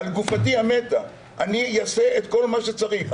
על גופתי המתה, אני אעשה כל מה שצריך.